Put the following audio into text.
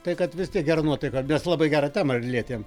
tai kad vis tiek gera nuotaika nes labai gerą temą lietėm